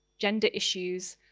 gender issues,